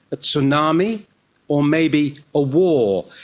a tsunami or maybe a war,